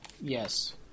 Yes